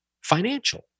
financial